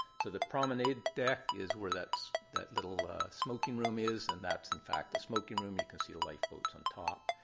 so the promenade deck is where that little smoking room is. and that's, in fact, a smoking room. you can see the lifeboats on top.